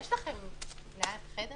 הישיבה ננעלה בשעה